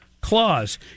clause